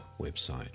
website